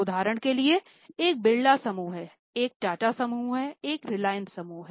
उदाहरण के लिए एक बिड़ला समूह है एक टाटा समूह है एक रिलायंस समूह है